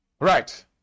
Right